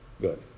good